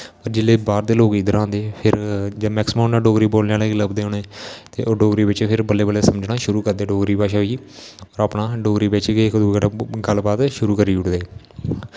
जिसलै बाह्र दे लोग इद्धर आंदे फिर जां मैकसिमम डोगरी बोलने आह्ले गै लब्भदे उ'नें गी ते ओह् फिर बल्लैं बल्लैं समझना शुरू करदे डोगरी भाशा गी होर अपना डोगरी बिच्च गै इक दुए कन्नै गल्ल बात शुरू करी ओड़दे